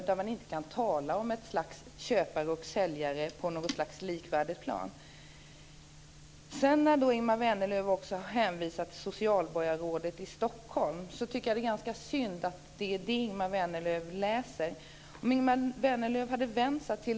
Här kan man inte tala om köpare och säljare på något slags likvärdigt plan. Ingemar Vänerlöv hänvisar till socialborgarrådet i Stockholm. Jag tycker att det är ganska synd att det är det som Ingemar Vänerlöv läser.